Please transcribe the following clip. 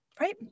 Right